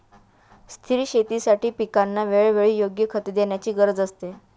स्थिर शेतीसाठी पिकांना वेळोवेळी योग्य खते देण्याची गरज असते